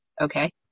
Okay